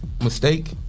mistake